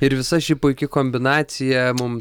ir visa ši puiki kombinacija mums